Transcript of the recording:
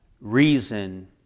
reason